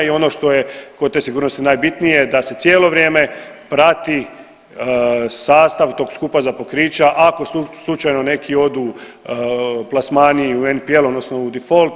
I ono što je kod te sigurnosti najbitnije da se cijelo vrijeme prati sastav tog skupa za pokrića ako slučajno neki odu plasmani u NPL, odnosno u difolt.